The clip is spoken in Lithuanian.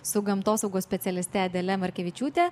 su gamtosaugos specialiste adele markevičiūte